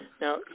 Now